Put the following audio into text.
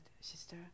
Sister